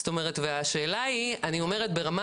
זאת אומרת והשאלה היא - אני אומרת ברמה